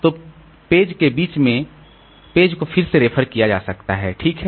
तो पेज के बीच में पेज को फिर से रेफर किया जा सकता है ठीक है